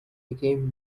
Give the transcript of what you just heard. became